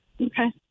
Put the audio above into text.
Okay